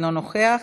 אינו נוכח.